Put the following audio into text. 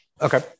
okay